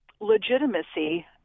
legitimacy